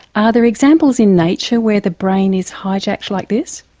are there examples in nature where the brain is hijacked like this?